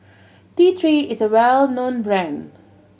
T Three is a well known brand